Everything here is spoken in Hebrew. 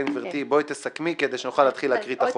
גברתי, תסכמי כדי שנוכל להקריא את החוק.